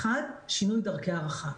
אחד, שינוי דרכי ההערכה.